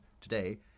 today